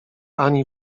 anii